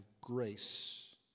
grace